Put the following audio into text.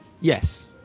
Yes